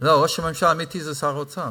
לא, ראש הממשלה האמיתי זה שר האוצר.